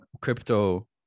crypto